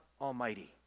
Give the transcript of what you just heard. Almighty